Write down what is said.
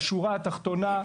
בשורה התחתונה,